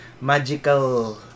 magical